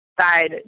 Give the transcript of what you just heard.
side